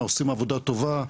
עושים עבודה טובה,